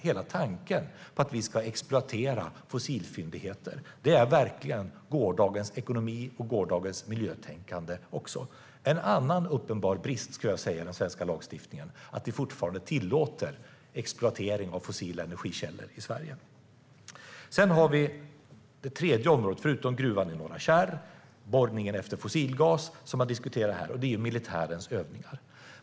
Hela tanken på att vi ska exploatera fossilfyndigheter är fruktansvärt omodern. Det är verkligen gårdagens ekonomi och gårdagens miljötänkande. En annan uppenbar brist i den svenska lagstiftningen är att vi fortfarande tillåter exploatering av fossila energikällor i Sverige. Förutom gruvan i Norra Kärr och borrning efter fossilgas som vi diskuterat här har vi ett tredje område, militärens övningar.